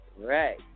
Right